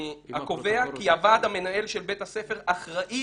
הקובע כי הוועד המנהל של בית הספר אחראי